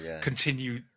continue